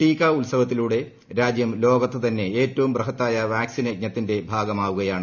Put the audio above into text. ടീക്ക ഉത്സവിലൂടെ രാജ്യം ലോകത്ത് തന്നെ ഏറ്റവും ബൃഹത്തായ വാക്സിൻ യജ്ഞത്തിന്റെ ഭാഗമാവുകയാണ്